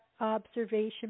observation